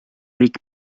riik